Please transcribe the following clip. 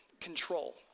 Control